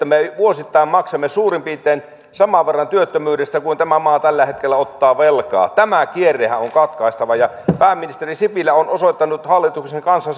me vuosittain maksamme suurin piirtein saman verran työttömyydestä kuin tämä maa tällä hetkellä ottaa velkaa tämä kierrehän on katkaistava pääministeri sipilä on osoittanut hallituksen kanssa